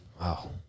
Wow